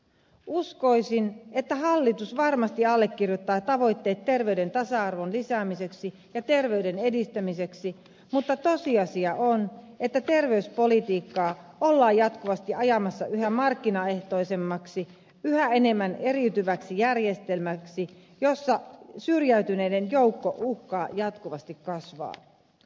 uskoisin että hallitus varmasti allekirjoittaa tavoitteet terveyden tasa arvon lisäämiseksi ja terveyden edistämiseksi mutta tosiasia on että terveyspolitiikkaa ollaan jatkuvasti ajamassa yhä markkinaehtoisemmaksi yhä enemmän eriytyväksi järjestelmäksi jossa syrjäytyneiden joukko uhkaa jatkuvasti kasvaa